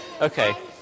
Okay